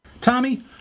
Tommy